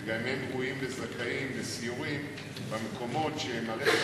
וגם הם ראויים וזכאים לסיורים במקומות שמערכת